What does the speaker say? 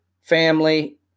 family